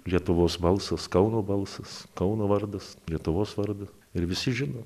lietuvos balsas kauno balsas kauno vardas lietuvos vardas ir visi žino